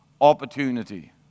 opportunity